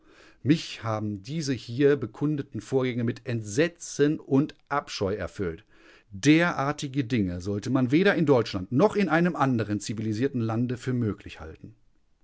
mich haben diese hier bekundeten vorgänge mit entsetzen und abscheu erfüllt derartige dinge sollte man weder in deutschland noch in einem anderen zivilisierten lande für möglich halten